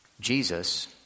Jesus